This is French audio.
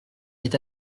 est